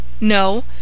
No